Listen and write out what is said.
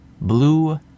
Blue